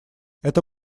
это